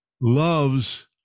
loves